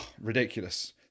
ridiculous